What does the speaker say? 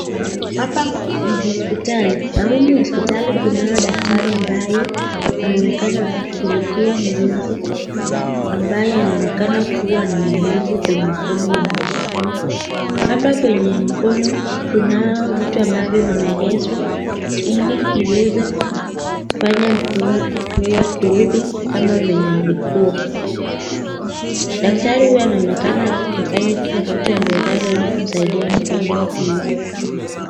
Hapa ni hospitali na humu hospitali kunao daktari ambaye anaonekana akimshughulikia mgonjwa ambaye anaonekana kuwa na maumivu kwenye mkono wake. Hapa kwenye mkono kunao vitu ambavyo vimeegeshwa ili iweze kufanya mkono kurudi kama venye ilikuwa. Daktari huyu anaonekana akifanya kila kitu aliwezalo ili kumsaidia mgonjwa huyu.